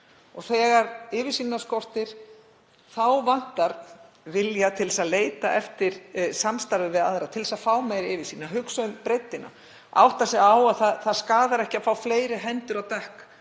og þegar yfirsýnina skortir þá vantar vilja til þess að leita eftir samstarfi við aðra, til að fá meiri yfirsýn, hugsa um breiddina, átta sig á að það skaðar ekki að fá fleiri hendur á dekk